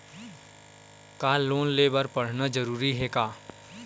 का लोन ले बर पढ़ना जरूरी हे का?